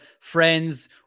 friends